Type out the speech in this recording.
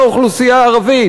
להפסיק לפגוע בעניים,